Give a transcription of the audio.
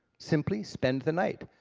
simply spend the night.